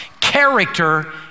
Character